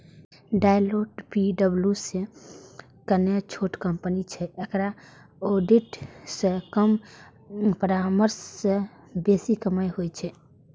Deloitte पी.डब्ल्यू.सी सं कने छोट कंपनी छै, एकरा ऑडिट सं कम परामर्श सं बेसी कमाइ होइ छै